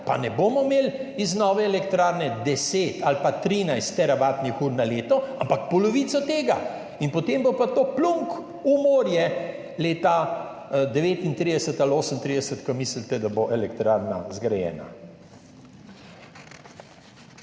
pa ne bomo imeli iz nove elektrarne deset ali pa 13 teravatnih ur na leto, ampak polovico tega. Potem bo pa to pljunek v morje leta 2039 ali 2038, ko mislite, da bo elektrarna zgrajena.